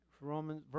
Romans